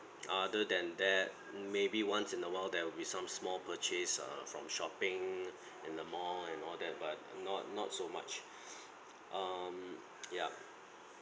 other than that maybe once in a while there will be some small purchase uh from shopping in the mall and all that but not not so much um yup